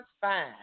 fine